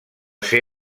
ser